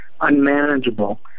unmanageable